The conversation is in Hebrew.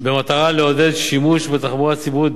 במטרה לעודד שימוש בתחבורה הציבורית,